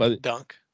dunk